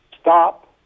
stop